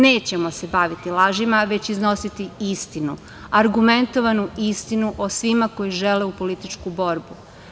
Nećemo se baviti lažima, već iznositi istinu, argumentovanu istinu o svima koji žele u političku borbu.